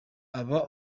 aba